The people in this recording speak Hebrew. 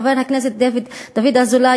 חבר הכנסת דוד אזולאי,